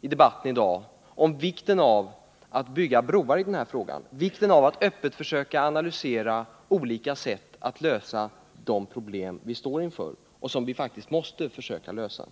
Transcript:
i debatten i dag om vikten av att bygga broar i denna fråga, vikten av att öppet försöka analysera olika sätt att lösa de problem vi står inför och som vi faktiskt också måste försöka lösa.